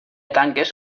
tanques